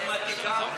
מתמטיקה,